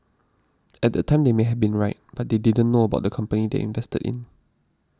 at that time they might have been right but they didn't know about the company they invested in